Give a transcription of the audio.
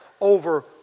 over